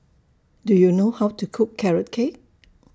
Do YOU know How to Cook Carrot Cake